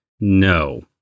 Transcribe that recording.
No